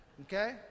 Okay